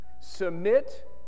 submit